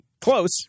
Close